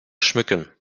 schmücken